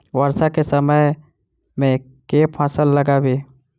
वर्षा केँ समय मे केँ फसल लगाबी?